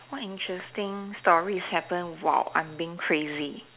what interesting stories happen while I'm being crazy